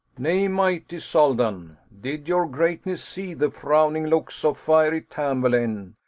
nay, mighty soldan, did your greatness see the frowning looks of fiery tamburlaine,